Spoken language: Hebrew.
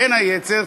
בין היתר,